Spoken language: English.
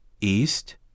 east